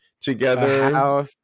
together